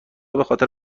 بخاطر